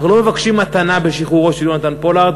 אנחנו לא מבקשים מתנה בשחרורו של יונתן פולארד,